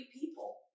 people